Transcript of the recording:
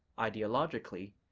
ideologically,